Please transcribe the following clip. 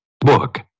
Book